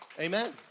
Amen